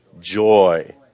Joy